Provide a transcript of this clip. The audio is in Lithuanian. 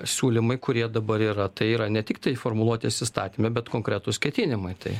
siūlymai kurie dabar yra tai yra ne tiktai formuluotės įstatyme bet konkretūs ketinimai tai